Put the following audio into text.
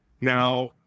Now